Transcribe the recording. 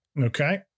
Okay